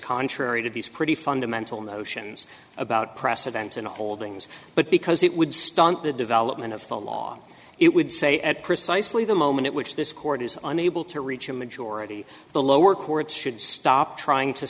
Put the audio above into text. contrary to these pretty fundamental notions about precedents and holdings but because it would stunt the development of the law it would say at precisely the moment at which this court is unable to reach a majority the lower courts should stop trying to